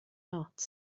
not